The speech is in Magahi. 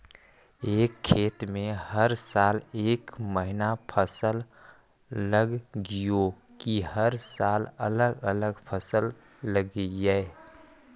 एक खेत में हर साल एक महिना फसल लगगियै कि हर साल अलग अलग फसल लगियै?